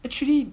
actually